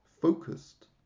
focused